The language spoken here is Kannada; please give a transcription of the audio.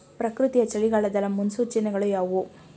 ಪ್ರಕೃತಿಯ ಚಳಿಗಾಲದ ಮುನ್ಸೂಚನೆಗಳು ಯಾವುವು?